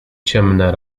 ciemne